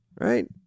right